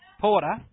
Porter